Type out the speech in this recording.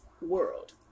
world